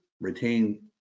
retain